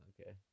okay